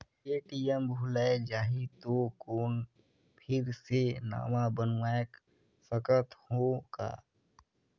ATM भुलाये जाही तो कौन फिर से नवा बनवाय सकत हो का?